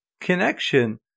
connection